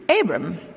Abram